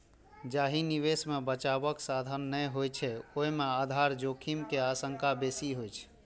जाहि निवेश मे बचावक साधन नै होइ छै, ओय मे आधार जोखिम के आशंका बेसी होइ छै